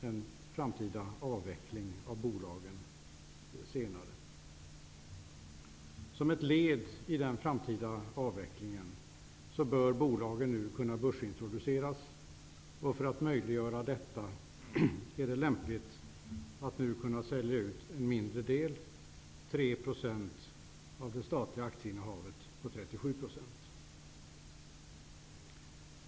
En framtida avveckling av bolagen har aviserats. Som ett led i den framtida avvecklingen bör bolagen nu börsintroduceras. För att möjliggöra detta är det lämpligt att sälja ut en mindre del, 3 %, av det statliga aktieinnehavet på 37 %.